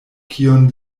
kion